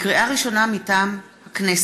לקריאה ראשונה, מטעם הכנסת: